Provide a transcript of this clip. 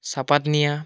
চাহপাত নিয়া